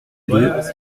deux